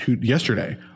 yesterday